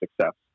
success